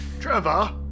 Trevor